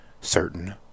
certain